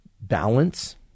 balance